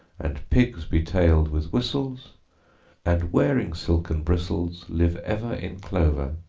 and pigs betailed with whistles and, wearing silken bristles, live ever in clover,